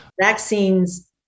Vaccines